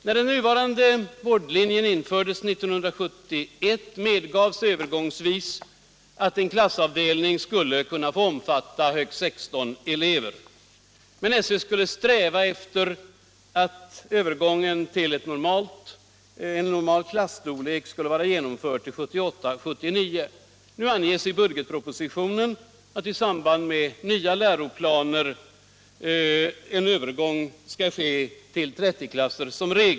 När den nuvarande vårdlinjen infördes år 1971 medgavs övergångsvis att en klassavdelning skulle kunna omfatta högst 16 elever, men SÖ skulle sträva efter att övergången till normal klasstorlek skulle vara genomförd till 1978/79. Nu anges i budgetpropositionen att i samband med nya läroplaner som regel en övergång skall ske till 30-klasser.